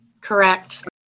Correct